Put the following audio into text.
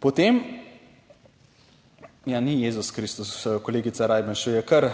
dvorani/ Ja, ni Jezus Kristus, kolegica Rajbenšu, je kar,